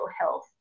health